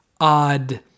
odd